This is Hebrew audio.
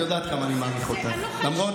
כשאתה אומר "צווחות", זה רק לנשים.